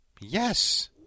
Yes